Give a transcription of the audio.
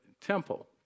temple